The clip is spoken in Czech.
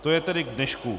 To je tedy k dnešku.